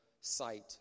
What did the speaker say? sight